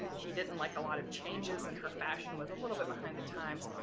she didn't like a lot of changes, and her fashion was a little bit behind the times,